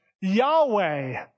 Yahweh